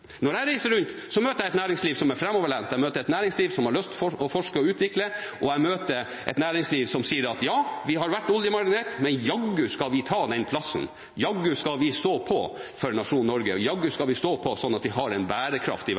Når jeg reiser rundt, møter jeg et næringsliv som er framoverlent. Jeg møter et næringsliv som har lyst til å forske og utvikle, og jeg møter et næringsliv som sier at ja, vi har vært oljemarinert, men jaggu skal vi ta den plassen, jaggu skal vi stå på for nasjonen Norge, og jaggu skal vi stå på sånn at vi har en bærekraftig